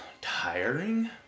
tiring